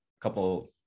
couple